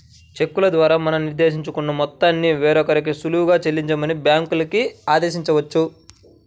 చెక్కుల ద్వారా మనం నిర్దేశించుకున్న మొత్తాన్ని వేరొకరికి సులువుగా చెల్లించమని బ్యాంకులకి ఆదేశించవచ్చు